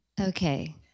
Okay